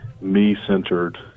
me-centered